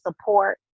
support